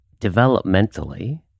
Developmentally